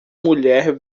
mulher